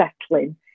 settling